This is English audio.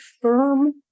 firm